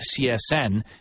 CSN